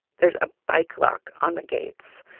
there's a bike lock on the gates.